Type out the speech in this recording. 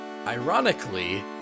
Ironically